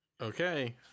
Okay